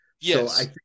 Yes